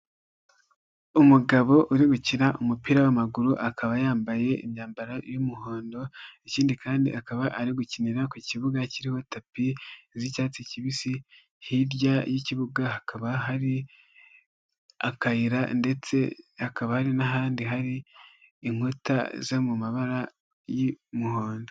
Umugabo uri gukina umupira w'amaguru akaba yambaye imyambaro y'umuhondo, ikindi kandi akaba ari gukinira ku kibuga kiririmo tapi z'icyatsi kibisi, hirya y'ikibuga hakaba hari akayira ndetse hakaba hari n'ahandi hari inkuta zo mu mabara y'umuhondo.